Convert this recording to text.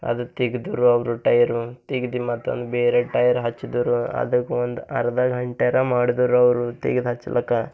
ಅದು ತೆಗೆದರು ಅವರು ಟೈಯರು ತೆಗ್ದು ಮತ್ತೊಂದು ಬೇರೆ ಟೈಯರ್ ಹಚ್ಚಿದರು ಅದಕ್ಕ ಒಂದು ಅರ್ಧ ಗಂಟೆರ ಮಾಡ್ದರು ಅವರು ತೆಗ್ದು ಹಚ್ಚಲಕ್ಕ